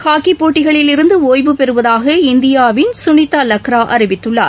ஹாக்கிப் போட்டிகளிலிருந்து ஒய்வுபெறுவதாக இந்தியாவின் சுனிதாலன்ராஅறிவித்துள்ளார்